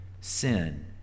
sin